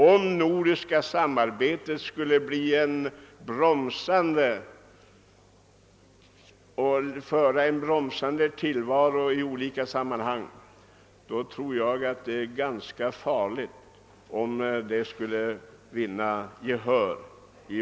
Om det nordiska samarbetet skulle verka bromsande i olika sammanhang, vore det ganska farligt om det skulle vinna gehör.